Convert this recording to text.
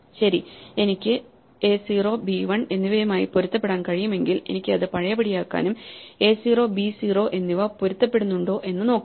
ശരി എനിക്ക് A 0 B 1 എന്നിവയുമായി പൊരുത്തപ്പെടാൻ കഴിയുമെങ്കിൽ എനിക്ക് അത് പഴയപടിയാക്കാനും എ 0 ബി 0 എന്നിവ പൊരുത്തപ്പെടുന്നുണ്ടോ എന്ന് നോക്കാം